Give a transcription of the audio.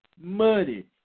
Money